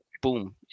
boom